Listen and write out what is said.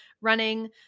running